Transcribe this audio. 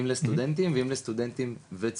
אם זה לסטודנטים ואם זה לסטודנטים ולצעירים